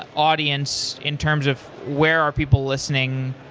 ah audience in terms of where are people listening,